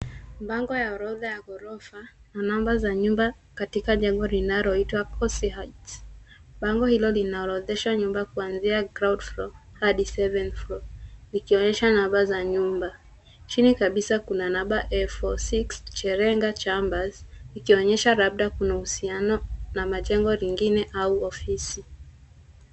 Bangi ya orodha ya ghorofa na namba za nyumba katika jengo linaloitwa Kose Heights . Bango hilo linaorodhesha nyumba kuanzia ground floor hadi seventh floor , likionyesha namba za nyumba. Chini kabisa kuna namba F46 Chelanga Chambers , ikionyesha labda kuna uhusiano na majengo lingine au ofisi.